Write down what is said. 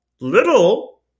little